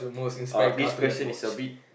uh this question is a bit